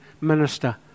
minister